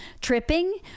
tripping